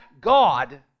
God